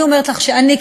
אני אומרת לךְ שאני,